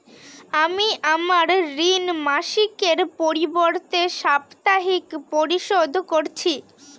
আমি আমার ঋণ মাসিকের পরিবর্তে সাপ্তাহিক পরিশোধ করছি